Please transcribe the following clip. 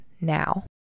now